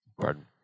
Pardon